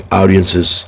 audiences